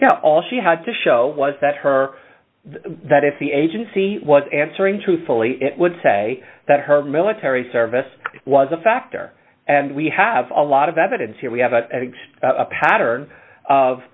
know all she had to show was that her that if the agency was answering truthfully it would say that her military service was a factor and we have a lot of evidence here we have a pattern of